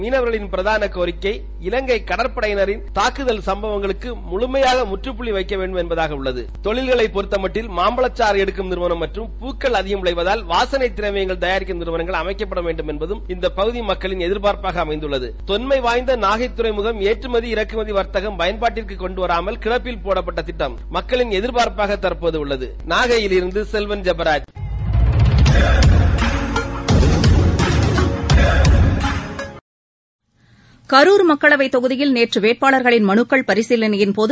மீனவர்களின் பிரதான கோரிக்கை இலங்கை கடற்படையினின் தாக்குதல் சும்பவங்களுக்கு முழுமையாக முற்றட்புள்ளி வைக்க வேண்டும் என்பதாக உள்ளது தொழில்களை பொறுத்தமட்டில் மாம்படிச்சாறு எடுக்கும் நிறுவனம் மற்றும் புக்கள் அதிகம் விளைவதால் வாசனை திரவியங்கள் தயாரிக்கும் நிறவனங்கள் அமைக்கப்பட வேண்டும் என்பதம் இந்தப் பகுதி மக்களின் எதிபாா்ப்பாக அமைந்தள்ளது தொன்மை வாய்ந்த நாகை தறைமுகம் ஏற்றமதி இறத்தமதி வா்த்தகம் பயன்பாட்டிற்கு கொண்டு வராமல் கிடப்பில் போடப்பட்ட திட்டம் மக்களின் எதிர்பார்ப்பாக அமைந்துள்ளது களூர் மக்களவைத் தொகுதியில் நேற்று வேட்பாளர்களின் மனுக்கள் பரிசீலனையின்போது